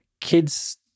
kids